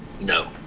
no